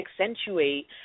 accentuate